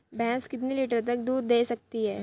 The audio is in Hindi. भैंस कितने लीटर तक दूध दे सकती है?